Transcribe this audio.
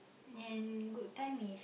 and good time is